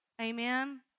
Amen